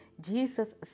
Jesus